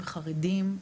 חרדים,